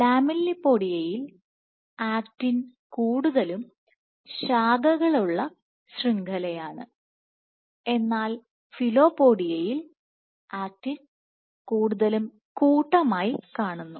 ലാമെല്ലിപോഡിയയിൽ actin കൂടുതൽ ശാഖകളുള്ള ശൃംഖലയാണ് എന്നാൽ ഫിലോപൊഡിയയിൽ ആക്റ്റിൻ കൂടുതലും കൂട്ടം ആയി കാണുന്നു